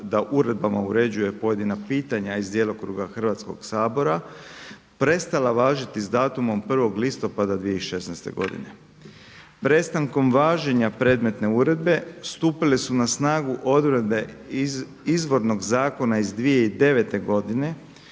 da uredbama uređuje pojedina pitanja iz djelokruga Hrvatskog sabora, prestala važiti s datumom 1. listopada 2016. godine. Prestankom važenja predmetne uredbe stupile su na snagu odredbe iz izvornog zakona iz 2009. godine